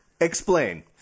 Explain